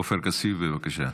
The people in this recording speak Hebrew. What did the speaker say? עופר כסיף, בבקשה.